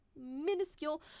minuscule